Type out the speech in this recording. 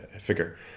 figure